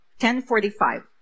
1045